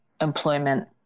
employment